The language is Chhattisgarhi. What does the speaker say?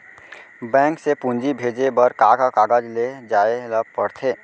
बैंक से पूंजी भेजे बर का का कागज ले जाये ल पड़थे?